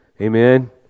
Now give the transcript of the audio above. amen